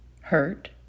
hurt